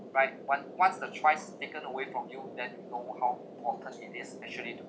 right one once the choice taken away from you then you know how important it is actually to